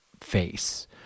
face